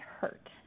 hurt